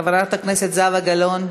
חברת הכנסת זהבה גלאון,